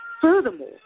Furthermore